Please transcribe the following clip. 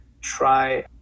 try